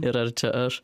ir ar čia aš